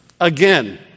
again